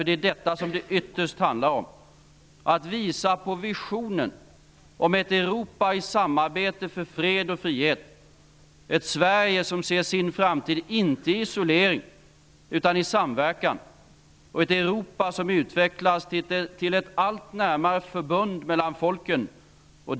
Det handlar ytterst om att visa på visionen om ett Europa i samarbete för fred och frihet, om ett Sverige som inte ser sin framtid i isolering utan i samverkan och om ett Europa som utvecklas till ett allt närmare förbund mellan folken.